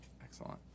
Excellent